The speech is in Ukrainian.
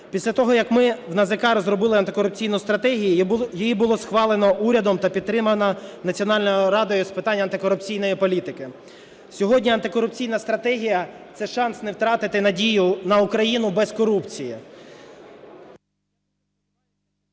Після того, як ми в НАЗК розробили антикорупційну стратегію, її було схвалено урядом та підтримано Національною радою з питань антикорупційної політики. Сьогодні антикорупційна стратегія – це шанс не втратити надію на Україну без корупції.